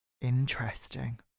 interesting